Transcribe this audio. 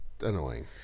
annoying